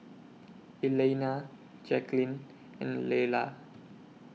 Elaina Jacquelyn and Lella